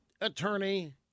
attorney